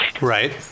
Right